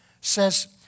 says